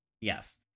yes